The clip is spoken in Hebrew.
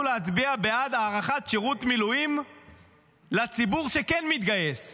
להצביע בעד הארכת שירות מילואים לציבור שכן מתגייס.